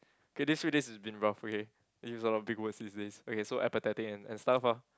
okay these few days is been rough okay use a lot of big words these days okay so apathetic and and stuff ah